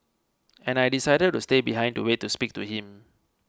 and I decided to stay behind to wait to speak to him